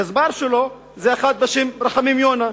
הגזבר שלו זה אחד בשם רחמים יונה.